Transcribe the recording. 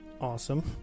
awesome